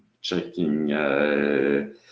checking